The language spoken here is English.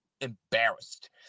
embarrassed